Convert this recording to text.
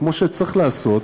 כמו שצריך לעשות,